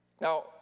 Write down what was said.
Now